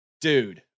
Dude